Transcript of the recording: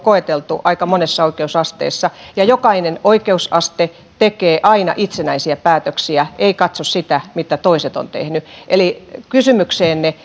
koeteltu aika monessa oikeus asteessa ja jokainen oikeusaste tekee aina itsenäisiä päätöksiä ei katso sitä mitä toiset ovat tehneet eli kysymykseenne